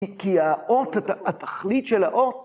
כי האות, התכלית של האות...